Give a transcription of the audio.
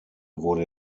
wurde